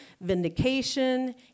vindication